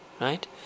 Right